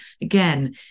Again